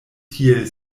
tiel